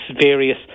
various